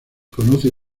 conoce